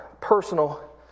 personal